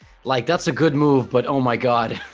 like that's a good move but oh my god